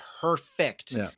perfect